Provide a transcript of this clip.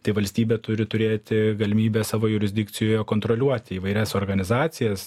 tai valstybė turi turėti galimybę savo jurisdikcijoje kontroliuoti įvairias organizacijas